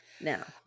now